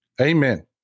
Amen